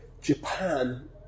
Japan